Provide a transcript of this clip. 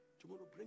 Tomorrow